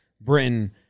Britain